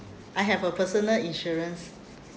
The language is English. I have a personal insurance